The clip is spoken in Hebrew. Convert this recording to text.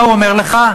מה הוא אומר לך?